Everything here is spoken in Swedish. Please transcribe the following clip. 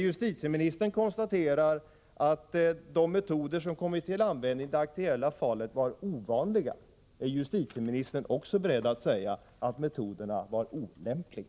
Justitieministern konstaterar att de metoder som kommit till användning i det aktuella fallet var ovanliga. Den andra följdfrågan blir därför: Är justitieministern också beredd att säga att metoderna var olämpliga?